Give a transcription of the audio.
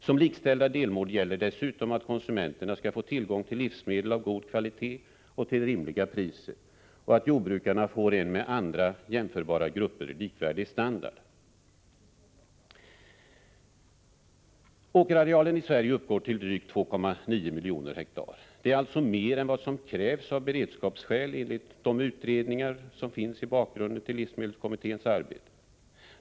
Som likställda delmål gäller dessutom att konsumenterna skall få tillgång till livsmedel av god kvalitet och till rimliga priser och att jordbrukarna skall få en med andra jämförbara grupper likvärdig standard. Åkerarealen i Sverige uppgår till drygt 2,9 miljoner ha. Det är alltså mer än vad som krävs av beredskapsskäl, enligt den utredning som finns i bakgrunden till livsmedelskommitténs arbete.